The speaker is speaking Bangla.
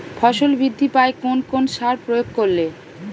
ফসল বৃদ্ধি পায় কোন কোন সার প্রয়োগ করলে?